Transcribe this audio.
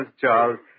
Charles